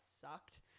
sucked